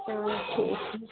چلو ٹھیک ہے